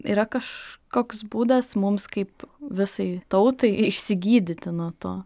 yra kažkoks būdas mums kaip visai tautai išsigydyti nuo to